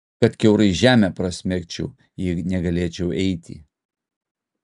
kad kiaurai žemę prasmegčiau jei negalėčiau eiti